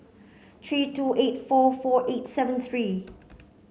three two eight four four eight seven three